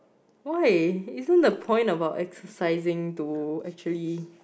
why isn't the point about exercising to actually